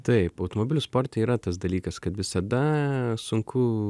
taip automobilių sporte yra tas dalykas kad visada sunku